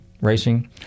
racing